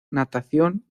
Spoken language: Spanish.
natación